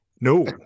no